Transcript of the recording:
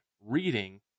reading